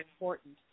important